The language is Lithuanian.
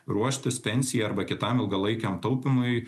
ruoštis pensijai arba kitam ilgalaikiam taupymui